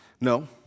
No